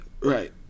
right